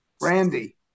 Randy